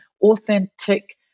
authentic